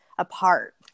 apart